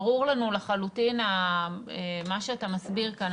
ברור לנו לחלוטין מה שאתה מסביר כאן.